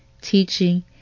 teaching